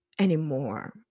anymore